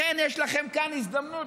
יש לכם כאן הזדמנות,